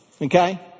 Okay